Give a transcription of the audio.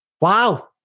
wow